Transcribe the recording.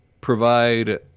provide